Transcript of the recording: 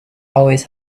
always